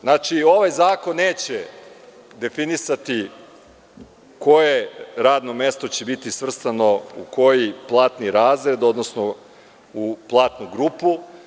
Znači, ovaj zakon neće definisati koje radno mesto će biti svrstano u koji platni razred, odnosno u platnu grupu.